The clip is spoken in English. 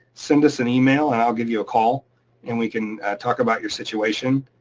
send us an email and i'll give you a call and we can talk about your situation,